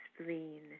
spleen